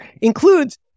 includes